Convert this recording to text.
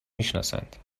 میشناسند